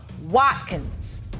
Watkins